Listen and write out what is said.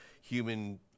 human